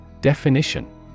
Definition